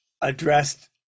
addressed